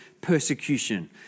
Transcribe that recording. persecution